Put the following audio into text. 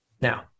Now